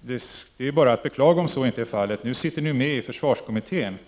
Det är ju bara att beklaga om så inte är fallet. Nu sitter ni med i försvarskommittén